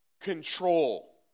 Control